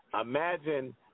Imagine